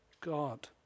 God